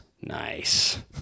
Nice